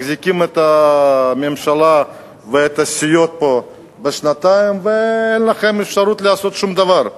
מחזיקים את הממשלה ואת הסיעות פה שנתיים ואין אפשרות לעשות שום דבר.